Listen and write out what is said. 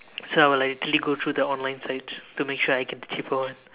so I will like really go through the online site to make sure I can get the cheaper one